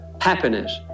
happiness